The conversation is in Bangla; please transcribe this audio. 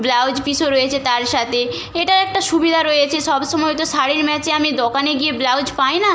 ব্লাউজ পিসও রয়েছে তার সাথে এটা একটা সুবিধা রয়েছে সবসময় তো শাড়ির ম্যাচে আমি দোকানে গিয়ে ব্লাউজ পাই না